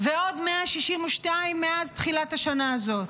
ועוד 162 מאז תחילת השנה הזאת.